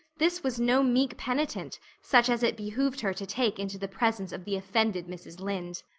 this was no meek penitent such as it behooved her to take into the presence of the offended mrs. lynde.